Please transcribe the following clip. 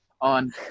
on